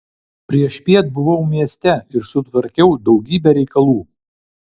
priešpiet buvau mieste ir sutvarkiau daugybę reikalų